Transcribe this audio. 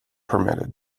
permitted